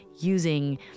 using